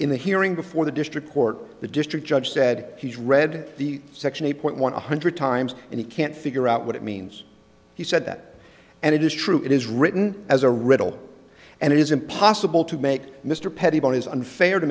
in the hearing before the district court the district judge said he's read the section eight point one one hundred times and he can't figure out what it means he said that and it is true it is written as a riddle and it is impossible to make mr pettibone is unfair to